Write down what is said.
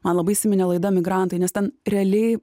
man labai įsiminė laida emigrantai nes ten realiai